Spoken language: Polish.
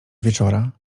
wieczora